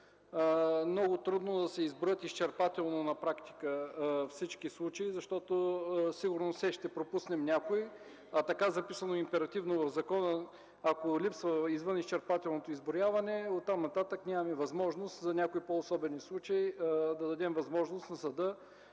Много трудно е да се изброят изчерпателно на практика всички случаи, защото със сигурност ще пропуснем някои, а така записано императивно в закона, ако липсва извън изчерпателното изброяване, оттам-нататък нямаме възможност за някои по-особени случаи да дадем възможност на съда